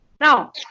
Now